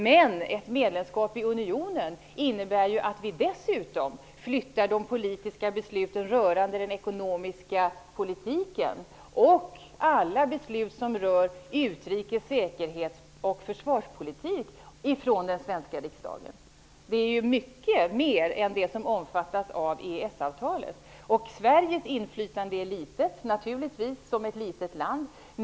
Men ett medlemskap i unionen innebär ju dessutom att vi flyttar de politiska besluten rörande den ekonomiska politiken och alla beslut som rör utrikes-, säkerhets och försvarspolitik från den svenska riksdagen. Det är mycket mer än vad som omfattas av EES-avtalet. Sveriges inflytande är naturligtvis litet, eftersom vi är ett litet land.